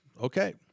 Okay